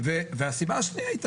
הסיבה השנייה,